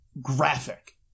graphic